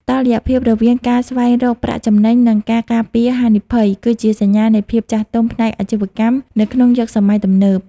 តុល្យភាពរវាង "ការស្វែងរកប្រាក់ចំណេញ" និង "ការការពារហានិភ័យ" គឺជាសញ្ញានៃភាពចាស់ទុំផ្នែកអាជីវកម្មនៅក្នុងយុគសម័យទំនើប។